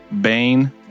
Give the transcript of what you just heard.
Bane